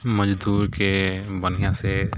मजदूरके बढ़िआँ से